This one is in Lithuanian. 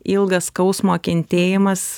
ilgas skausmo kentėjimas